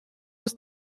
was